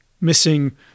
missing